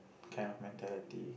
kind of mentality